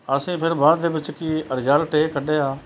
ਅਸੀਂ ਫਿਰ ਬਾਅਦ ਦੇ ਵਿੱਚ ਕਿ ਰਿਜਲਟ ਇਹ ਕੱਢਿਆ